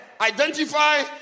Identify